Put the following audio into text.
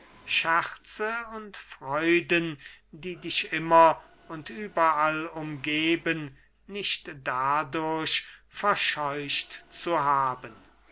scherze und freuden die dich immer und überall umgeben nicht dadurch verscheucht zu haben